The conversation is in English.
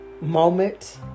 Moment